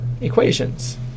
equations